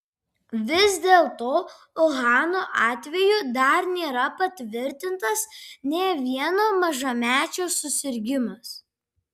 vis dėlto uhano atveju dar nėra patvirtintas nė vieno mažamečio susirgimas